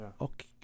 Okay